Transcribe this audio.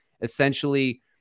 essentially